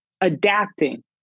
adapting